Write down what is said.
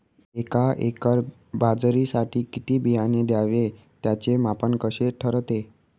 एका एकर बाजरीसाठी किती बियाणे घ्यावे? त्याचे माप कसे ठरते?